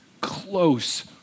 close